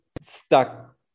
stuck